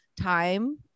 time